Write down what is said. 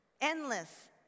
Endless